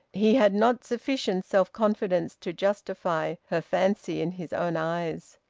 he had not sufficient self-confidence to justify her fancy in his own eyes.